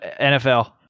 NFL